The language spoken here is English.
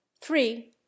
three